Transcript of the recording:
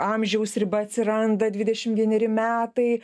amžiaus riba atsiranda dvidešim vieneri metai